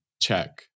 check